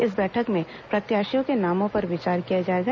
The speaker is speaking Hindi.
इस बैठक में प्रत्याशियों के नामों पर विचार किया जाएगा